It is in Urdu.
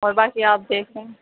اور باقی آپ دیکھ لیں